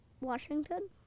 Washington